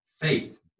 faith